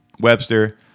Webster